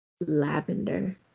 Lavender